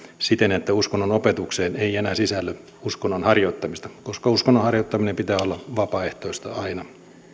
siten että uskonnonopetukseen ei enää sisälly uskonnon harjoittamista koska uskonnon harjoittamisen pitää olla vapaaehtoista aina